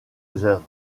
œuvres